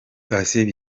patient